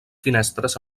finestres